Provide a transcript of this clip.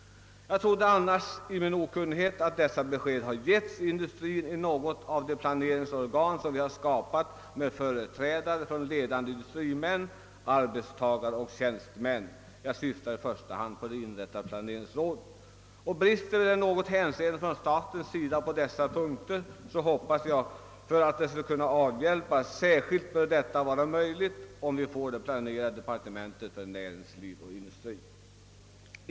Jag trodde i min okunnighet att dessa besked getts industrien genom något av de planeringsorgan som skapats och vari ingår ledande industrimän, arbetare och tjänstemän; jag syftar i första hand på det inrättade planeringsrådet. Brister det på dessa punkter i något hänseende från statens sida hoppas jag på en bättring. Särskilt bör detta vara möjligt om vi får det planerade departementet för näringsliv och industri.